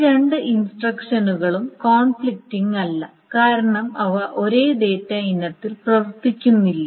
ഈ രണ്ട് ഇൻസ്ട്രക്ഷനുകളും കോൺഫ്ലിക്റ്റിംഗ് അല്ല കാരണം അവ ഒരേ ഡാറ്റ ഇനത്തിൽ പ്രവർത്തിക്കുന്നില്ല